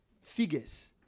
figures